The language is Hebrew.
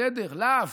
בסדר, לאו,